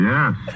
Yes